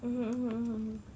mm mm mm mm